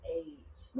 age